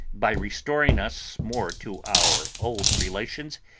by restoring us more to our old relations,